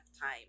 time